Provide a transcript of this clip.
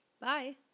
Bye